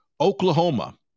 Oklahoma